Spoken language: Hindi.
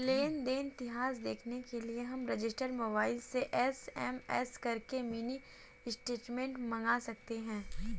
लेन देन इतिहास देखने के लिए हम रजिस्टर मोबाइल से एस.एम.एस करके मिनी स्टेटमेंट मंगा सकते है